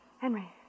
Henry